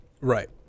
Right